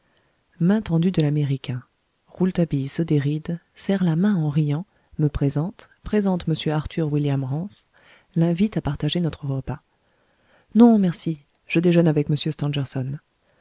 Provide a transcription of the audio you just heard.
main tendue de l'américain rouletabille se déride serre la main en riant me présente présente mr arthurwilliam rance l'invite à partager notre repas non merci je déjeune avec